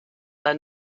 their